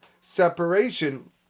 separation